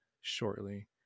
shortly